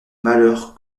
malheur